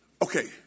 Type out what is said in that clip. Okay